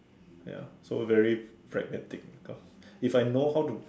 ya so very pragmatic guitar if I know how to